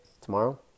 Tomorrow